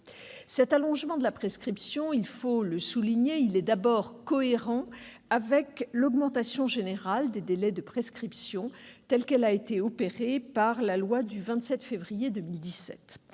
Cet allongement de la prescription, il faut le souligner, est tout d'abord cohérent avec l'augmentation générale des délais de prescription, telle qu'elle a été opérée par la loi du 27 février 2017.